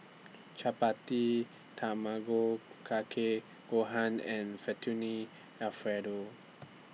Chapati Tamago Kake Gohan and Fettuccine Alfredo